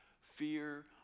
Fear